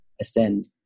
ascend